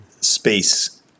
space